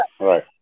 Right